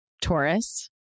Taurus